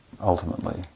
ultimately